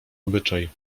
obyczaj